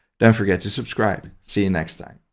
don't forget to subscribe. see you next time!